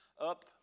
up